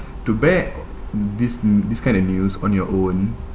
to bear this this kind of news on your own